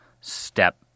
step